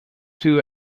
two